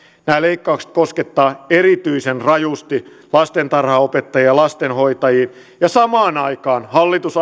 nämä leikkaukset koskettavat erityisen rajusti lastentarhanopettajia ja lastenhoitajia samaan aikaan hallitus